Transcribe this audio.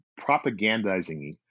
propagandizing